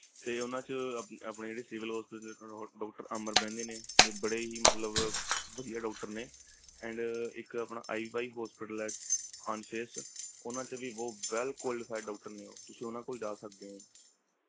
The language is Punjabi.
ਅਤੇ ਉਨ੍ਹਾਂ 'ਚ ਆਪਣੇ ਜਿਹੜੇ ਸਿਵਲ ਹੋਸਪਿਟਲ ਡਾਕਟਰ ਅਮਰ ਬਹਿੰਦੇ ਨੇ ਅਤੇ ਬੜੇ ਹੀ ਮਤਲਬ ਵਧੀਆ ਡਾਕਟਰ ਨੇ ਐਂਡ ਇੱਕ ਆਪਣਾ ਆਈ ਵਾਈ ਹੋਸਪਿਟਲ ਹੈ ਪੰਜ ਫੇਜ਼ 'ਚ ਉਨ੍ਹਾਂ 'ਚ ਵੀ ਬਹੁਤ ਵੈੱਲ ਕੁਆਲੀਫਾਇਲਡ ਡਾਕਟਰ ਨੇ ਉਹ ਤੁਸੀਂ ਉਹਨਾਂ ਕੋਲ ਜਾ ਸਕਦੇ ਹੋ